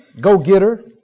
go-getter